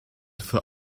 for